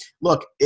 look